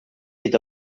dit